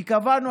כי אנחנו,